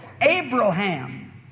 Abraham